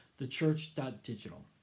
thechurch.digital